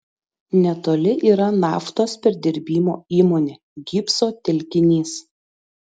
netoli yra naftos perdirbimo įmonė gipso telkinys